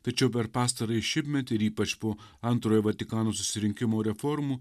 tačiau per pastarąjį šimtmetį ir ypač po antrojo vatikano susirinkimo reformų